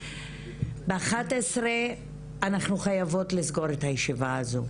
באחת עשרה אנחנו חייבות לסגור את הישיבה הזו.